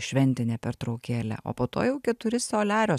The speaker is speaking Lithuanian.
šventinė pertraukėlė o po to jau keturi soliario